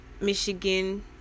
Michigan